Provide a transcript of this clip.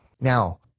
Now